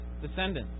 descendants